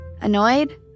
Annoyed